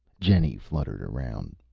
jenny fluttered around.